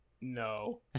No